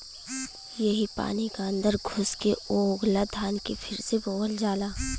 यही पानी क अन्दर घुस के ऊ उगला धान के फिर से बोअल जाला